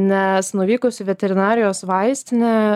nes nuvykus į veterinarijos vaistinę